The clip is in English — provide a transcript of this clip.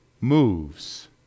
moves